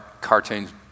cartoons